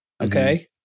okay